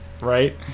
right